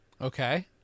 Okay